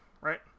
right